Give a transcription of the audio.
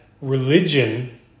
religion